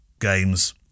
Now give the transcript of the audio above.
games